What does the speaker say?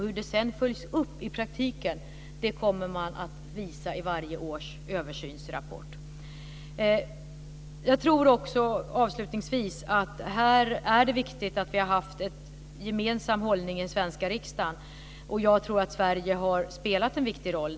Hur det sedan följs upp i praktiken kommer man att visa i varje års översynsrapport. Avslutningsvis tror jag att det är viktigt att vi har en gemensam hållning i den svenska riksdagen. Jag tror att Sverige har spelat en viktig roll.